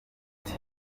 gute